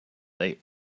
they